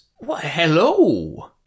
Hello